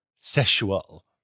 sexual